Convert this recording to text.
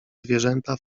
zwierzęta